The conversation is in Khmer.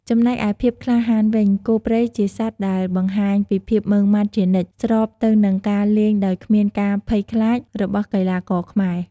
ចំណែកឯភាពក្លាហានវិញ គោព្រៃជាសត្វដែលបង្ហាញពីភាពម៉ឺងម៉ាត់ជានិច្ច ស្របទៅនឹងការលេងដោយគ្មានការភ័យខ្លាចរបស់កីឡាករខ្មែរ។